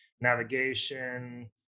navigation